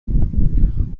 one